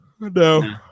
No